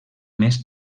més